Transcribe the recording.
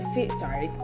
Sorry